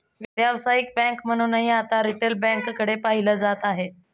व्यावसायिक बँक म्हणूनही आता रिटेल बँकेकडे पाहिलं जात आहे